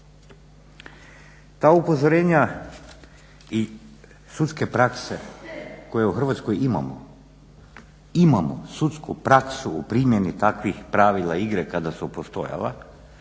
Ta upozorenja i sudske prakse koje u Hrvatskoj imamo, imamo sudsku praksu u primjeni takvih pravila igre kada su postojala